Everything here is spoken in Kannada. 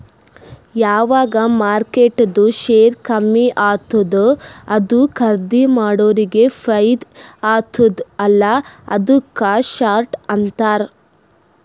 ಯಾವಗ್ ಮಾರ್ಕೆಟ್ದು ಶೇರ್ ಕಮ್ಮಿ ಆತ್ತುದ ಅದು ಖರ್ದೀ ಮಾಡೋರಿಗೆ ಫೈದಾ ಆತ್ತುದ ಅಲ್ಲಾ ಅದುಕ್ಕ ಶಾರ್ಟ್ ಅಂತಾರ್